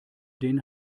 den